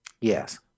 Yes